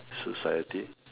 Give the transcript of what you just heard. society